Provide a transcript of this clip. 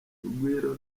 rugwiro